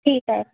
ठीक आहे